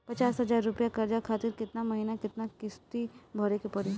पचास हज़ार रुपया कर्जा खातिर केतना महीना केतना किश्ती भरे के पड़ी?